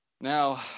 Now